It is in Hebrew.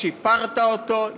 שיפרת אותו,